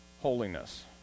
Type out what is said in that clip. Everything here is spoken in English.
holiness